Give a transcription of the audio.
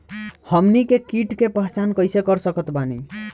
हमनी के कीट के पहचान कइसे कर सकत बानी?